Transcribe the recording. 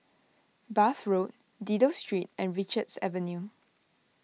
Bath Road Dido Street and Richards Avenue